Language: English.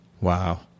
Wow